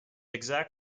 exact